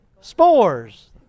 spores